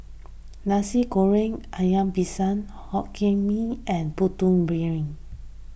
Nasi Goreng Ikan Bilis Hokkien Mee and Putu Piring